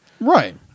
Right